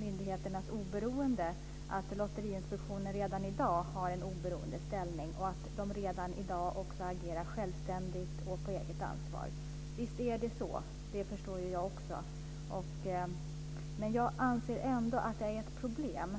myndigheternas oberoende att Lotteriinspektionen redan i dag har en oberoende ställning och agerar självständigt och på eget ansvar. Visst är det så. Det förstår också jag, men jag anser ändå att det är ett problem.